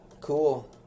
Cool